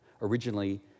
originally